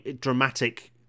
dramatic